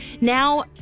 Now